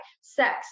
sex